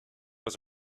was